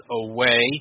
away